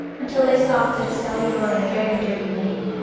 until they stopped at a cellar-door in a very dirty lane.